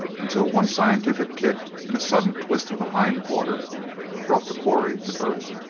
until one scientific kick and a sudden twist of the hind quarters brought the quarry to earth.